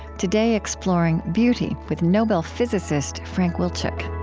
today, exploring beauty with nobel physicist frank wilczek